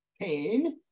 pain